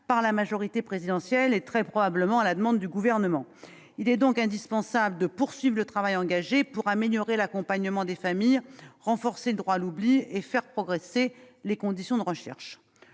par la majorité présidentielle, très probablement à la demande du Gouvernement. Sûrement ! Il est donc indispensable de poursuivre le travail engagé pour améliorer l'accompagnement des familles, renforcer le droit à l'oubli et faire progresser les conditions de la recherche.